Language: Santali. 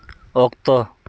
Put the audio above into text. ᱚᱠᱛᱚ